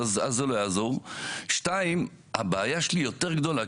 הבעיה העיקרית